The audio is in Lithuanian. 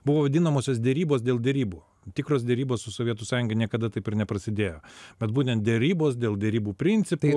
buvo vadinamosios derybos dėl derybų tikros derybos su sovietų sąjunga niekada taip ir neprasidėjo bet būtent derybos dėl derybų principų